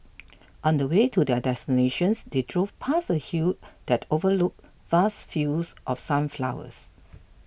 on the way to their destinations they drove past a hill that overlooked vast fields of sunflowers